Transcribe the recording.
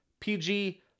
PG